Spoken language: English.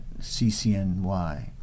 CCNY